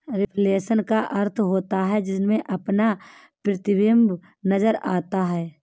reflection का अर्थ होता है जिसमें अपना प्रतिबिंब नजर आता है